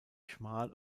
schmal